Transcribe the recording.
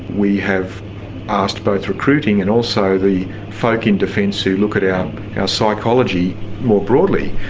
we have asked both recruiting and also the folk in defence who look at our psychology more broadly,